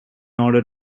order